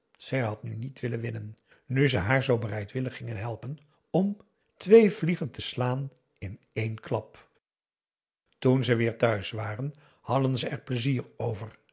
zij had nu niet willen winnen nu ze haar zoo bereidwillig gingen helpen om twee vliegen te slaan in één klap toen ze weer thuis waren hadden ze er pleizier over